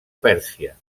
pèrsia